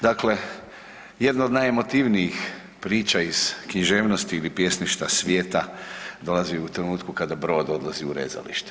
Dakle, jedna od najemotivnijih priča iz književnosti ili pjesništva svijeta dolazi u trenutku kada brod odlazi u rezalište.